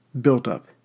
built-up